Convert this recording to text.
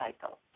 cycle